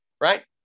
right